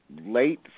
late